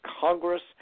Congress